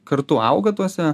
kartu auga tuose